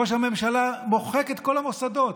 ראש הממשלה מוחק את כל המוסדות